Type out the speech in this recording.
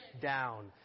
down